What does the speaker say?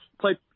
play